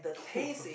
!wah!